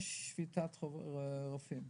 יש שביתת רופאים,